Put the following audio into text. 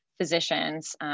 physicians